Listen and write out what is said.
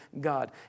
God